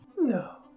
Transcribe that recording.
No